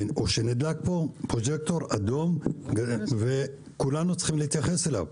שנדלק פה פרוז'קטור אדום וכולנו צריכים להתייחס אליו.